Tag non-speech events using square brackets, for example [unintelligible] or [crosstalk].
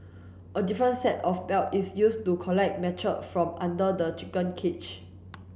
a different set of belt is used to collect [unintelligible] from under the chicken cage